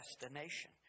destination